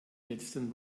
letzten